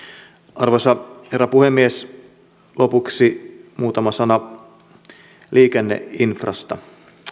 arvoisa herra puhemies lopuksi muutama sana liikenneinfrasta